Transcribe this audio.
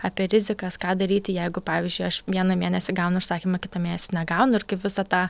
apie rizikas ką daryti jeigu pavyzdžiui aš vieną mėnesį gaunu užsakymą kitą mėnesį negaunu ir kaip visą tą